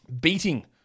beating